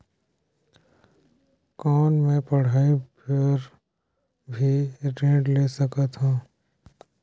कौन मै पढ़ाई बर भी ऋण ले सकत हो?